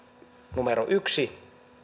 numero yksi